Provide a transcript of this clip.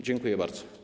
Dziękuję bardzo.